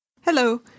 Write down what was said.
Hello